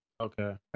Okay